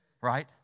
right